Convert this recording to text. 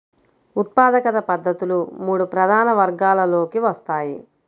ఉత్పాదక పద్ధతులు మూడు ప్రధాన వర్గాలలోకి వస్తాయి